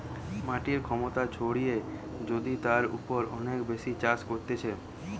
মাটির ক্ষমতা ছাড়িয়ে যদি তার উপর অনেক বেশি চাষ করতিছে